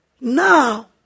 Now